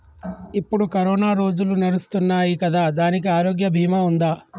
ఇప్పుడు కరోనా రోజులు నడుస్తున్నాయి కదా, దానికి ఆరోగ్య బీమా ఉందా?